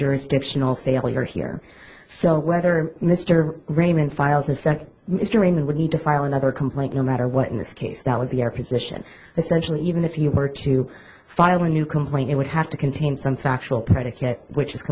jurisdictional failure here so whether mr raymond files a cent mr raymond would need to file another complaint no matter what in this case that would be our position essentially even if you were to file a new complaint it would have to contain some factual predicate which is